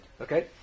Okay